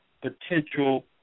potential